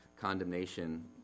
condemnation